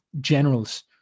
generals